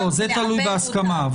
לא, זה תלוי בהסכמה.